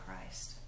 Christ